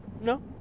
No